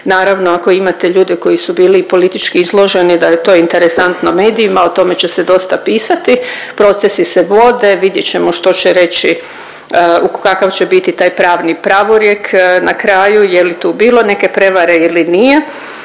Naravno, ako imate ljude koji su bili politički izloženi, da je to interesantno medijima, o tome će se dosta pisati, procesi se vode, vidjet ćemo što će reći, kakav će biti taj pravni pravorijek, na kraju, je li tu bilo neke prevare ili nije.